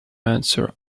answer